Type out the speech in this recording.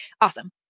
Awesome